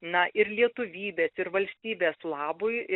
na ir lietuvybės ir valstybės labui